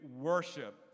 worship